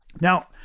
Now